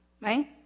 right